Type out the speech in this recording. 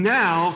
now